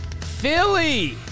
Philly